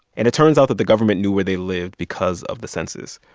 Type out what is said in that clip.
and it turns out that the government knew where they lived because of the census.